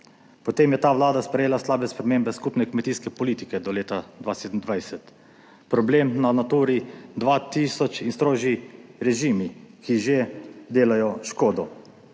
Potem je ta Vlada sprejela slabe spremembe skupne kmetijske politike do leta 2027. Problem na Naturi 2000 in strožji režimi, ki že delajo škodo.